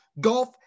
golf